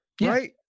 right